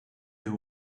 you